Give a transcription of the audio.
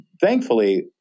Thankfully